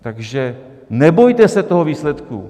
Takže nebojte se toho výsledku.